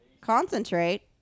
Concentrate